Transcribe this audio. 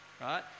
right